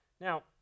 Now